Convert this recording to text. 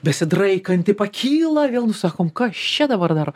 besidraikanti pakyla vėl nu sakom kas čia dabar dar